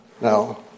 Now